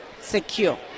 secure